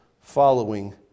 following